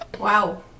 Wow